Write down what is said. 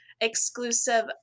exclusive